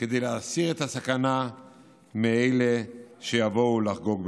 כדי להסיר את הסכנה מאלה שיבואו לחגוג במירון.